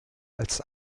als